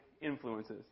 influences